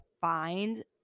find